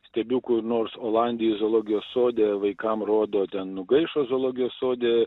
stebiu kur nors nors olandijoj zoologijos sode vaikams rodo ten nugaišo zoologijos sode